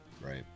right